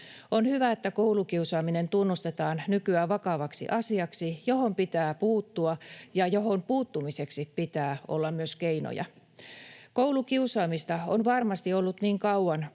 On hyvä, että koulukiusaaminen tunnustetaan nykyään vakavaksi asiaksi, johon pitää puuttua ja johon puuttumiseksi pitää olla myös keinoja. Koulukiusaamista on varmasti ollut niin kauan